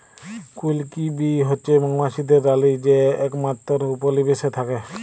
queen bee হছে মোমাছিদের রালী যে একমাত্তর উপলিবেশে থ্যাকে